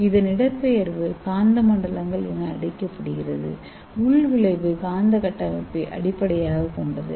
அதன் இடம்பெயர்வு காந்தமண்டலங்கள் என அழைக்கப்படும் உள்விளைவு காந்த கட்டமைப்பை அடிப்படையாகக் கொண்டது